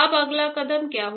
अब अगला कदम क्या है